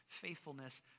faithfulness